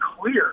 clear